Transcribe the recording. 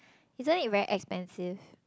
isn't it very expensive